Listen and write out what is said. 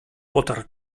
potarł